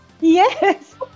Yes